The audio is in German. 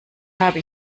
habe